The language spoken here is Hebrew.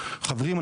חברים,